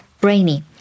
Brainy